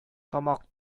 тамак